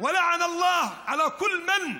וקללת האל על כל מי